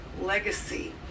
legacy